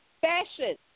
fashion